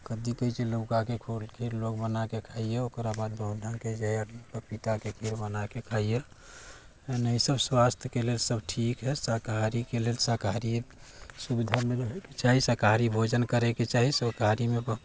कथी कहैत छै लौकाके लोग बनाके खाइया ओकरा बाद बहुत ढंगके जे हइ पपीताके खीर बनाके खाइया है ने ई सब स्वास्थ्यके लेल सब ठीक हइ शाकाहारीके लेल शाकाहारी एक सुविधामे रहैके चाही शाकाहारी भोजन करैके चाही शाकाहारीमे